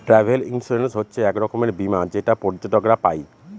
travel insurance হচ্ছে এক রকমের বীমা যেটা পর্যটকরা পাই